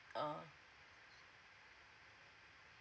uh